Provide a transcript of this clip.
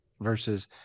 versus